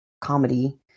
comedy